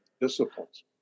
disciplines